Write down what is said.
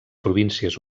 províncies